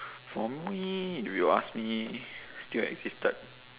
for me if you ask me still existed